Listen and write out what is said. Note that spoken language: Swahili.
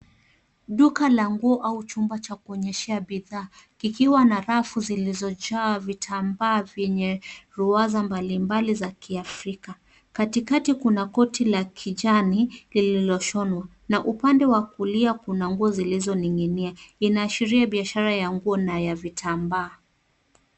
Duka la nguo au chumba cha kuonyeshea bidhaa kikiwa na rafu zilizojaa vitambaa vyenye ruwaza mbalimbali za kiafrika. Katikati kuna koti la kijani lililoshonwa na upande wa kulia kuna nguo zilizoning'inia, inaashiria biashara ya nguo na ya vitambaa.